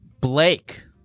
Blake